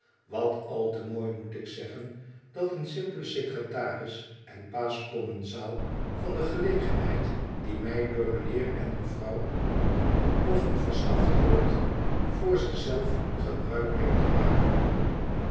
wat al te mooi moet ik zeggen dat een simpele secretaris en pa's commensaal van de gelegenheid die mij door mijnheer en mevrouw bofifin verschaft wordt voor zich zelf gebruik denkt te maken